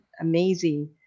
amazing